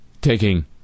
taking